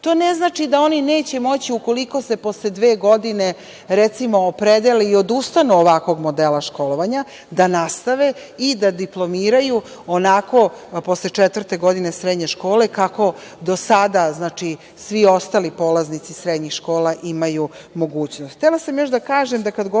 To ne znači da oni neće moći, ukoliko se posle dve godine opredele i odustanu od ovakvog modela školovanja, da nastave i da diplomiraju onako, posle četvrte godine srednje škole, kao što svi ostali polaznici srednjih škola imaju mogućnost. Htela